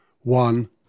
One